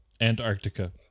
Antarctica